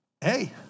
Hey